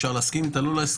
אפשר להסכים איתה או לא,